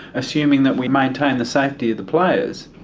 assuming that we maintain the safety of the players.